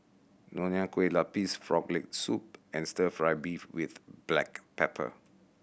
Nonya Kueh Lapis Frog Leg Soup and Stir Fry beef with black pepper